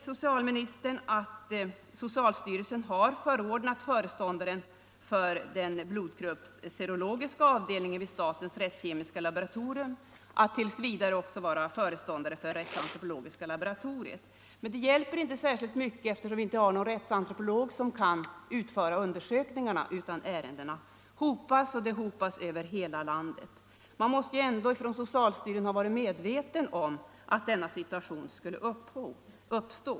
Socialministern säger nu att socialstyrelsen förordnat föreståndaren för den blodgruppsserologiska avdelningen vid statens rättskemiska laboratorium att tills vidare också vara föreståndare för det rättsantropologiska laboratoriet. Men det hjälper inte upp situationen särskilt mycket, eftersom det inte finns någon rättsantropolog som kan utföra undersökningarna. Ärendena hopas nu över hela landet. Socialstyrelsen måste ändå ha varit medveten om att denna situation skulle uppstå.